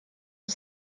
auf